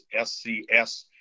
SCS